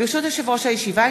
ברשות יושב-ראש הישיבה,